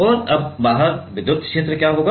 और अब बाहर विद्युत क्षेत्र क्या होगा